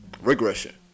Regression